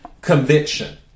conviction